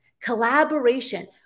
Collaboration